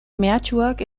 mehatxuak